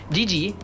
Gigi